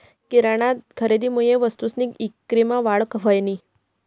किराना खरेदीमुये वस्तूसनी ईक्रीमा वाढ व्हयनी